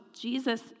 Jesus